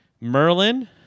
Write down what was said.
Merlin